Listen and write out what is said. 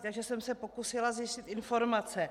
Takže jsem se pokusila zjistit informace.